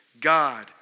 God